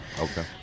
Okay